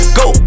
go